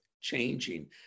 changing